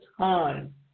time